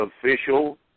official